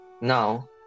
Now